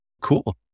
Cool